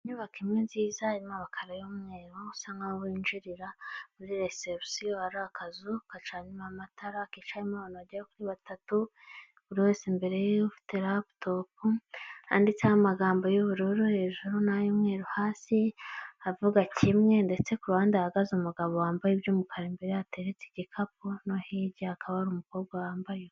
Inyubako imwe nziza irimo amakaro y'umweru usa nk'aho winjirira muri risepusiyo (reception) hari akazu gacanyemo amatara kicayemo abantu bagera kuri batatu ,buri wese imbere ye ufite raputopu (raptop ) handitseho amagambo y'ubururu hejuru na y'umweru hasi avuga kimwe ndetse ku ruhande hahagaze umugabo wambaye iby'umukara imbere ye hateretse igikapu no hirya hakaba hari umukobwa wambaye.